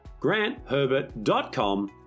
grantherbert.com